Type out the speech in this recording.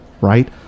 right